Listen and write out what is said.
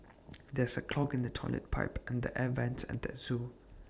there is A clog in the Toilet Pipe and the air Vents at the Zoo